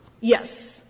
Yes